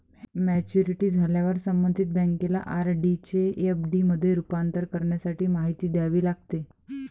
maturity झाल्यावर संबंधित बँकेला आर.डी चे एफ.डी मध्ये रूपांतर करण्यासाठी माहिती द्यावी लागते